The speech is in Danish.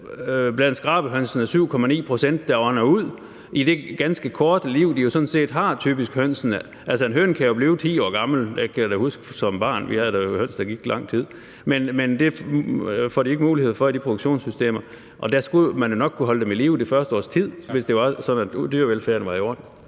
blandt skrabehønsene er der 7,9 pct., der ånder ud i det ganske korte liv, hønsene jo sådan set typisk har. Altså, en høne kan blive 10 år gammel – det kan jeg da huske, fra jeg var barn; vi havde høns, der gik lang tid – men det får de ikke mulighed for i de produktionssystemer, og man skulle jo nok kunne holde dem i live det første års tid, hvis det var sådan, at dyrevelfærden var i orden.